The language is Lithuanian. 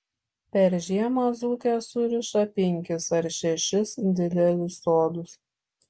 per žiemą dzūkės suriša penkis ar šešis didelius sodus